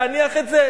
להניח את זה?